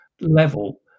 level